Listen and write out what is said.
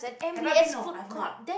have I been no I have not